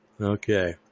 Okay